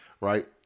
right